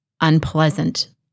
unpleasant